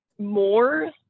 more